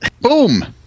Boom